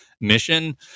mission